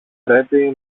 πρέπει